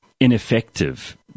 ineffective